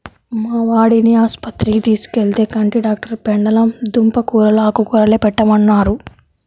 మా వాడిని ఆస్పత్రికి తీసుకెళ్తే, కంటి డాక్టరు పెండలం దుంప కూరలూ, ఆకుకూరలే పెట్టమన్నారు